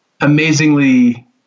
amazingly